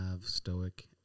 stoic